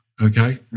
okay